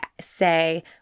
say